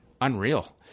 unreal